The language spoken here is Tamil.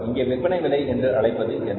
இங்கே விற்பனை விலை என்று அழைப்பது என்ன